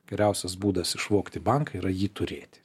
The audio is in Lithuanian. geriausias būdas išvogti banką yra jį turėti